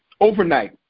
overnight